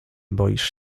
boisz